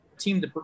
Team